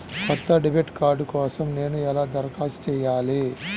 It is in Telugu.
కొత్త డెబిట్ కార్డ్ కోసం నేను ఎలా దరఖాస్తు చేయాలి?